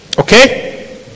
Okay